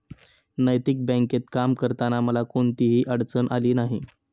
नैतिक बँकेत काम करताना मला कोणतीही अडचण आली नाही